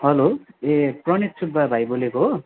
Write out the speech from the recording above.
hello ए प्रनेस सुब्बा भाइ बोलेको हो